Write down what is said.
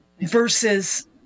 Versus